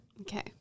Okay